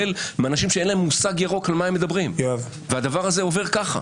כולל מאנשים שאין להם מושג ירוק על מה הם מדברים והדבר הזה עובר ככה.